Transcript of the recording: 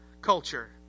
culture